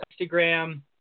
Instagram